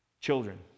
Children